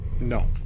No